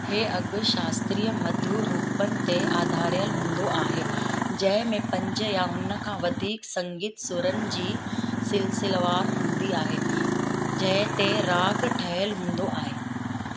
हे अॻु शास्त्रीय मधु रूपनि ते आधारियल हूंदो आहे जंहिं में पंज या हुनखां वधीक संगीत सुरनि जी सिलसिलेवारु हूंदी आहे जंहिं ते राॻु ठहियलु हूंदो आहे